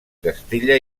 castella